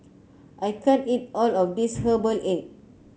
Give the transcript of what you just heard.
I can't eat all of this Herbal Egg